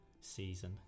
season